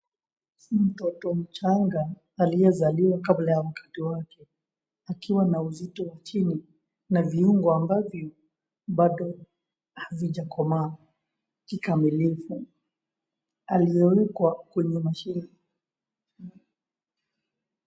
Mtoto mchanga aliyezaliwa kabla ya wakati wake akiwa na uzito wa chini na viungo ambavyo bado hazijakomaa kikamilivu. Alizaliwa kwa kwenye mashini.